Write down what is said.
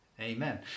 Amen